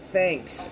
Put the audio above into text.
Thanks